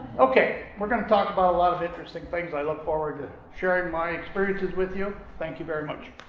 ok. we're going to talk about a lot of interesting things. i look forward to sharing my experiences with you. thank you very much.